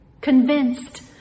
Convinced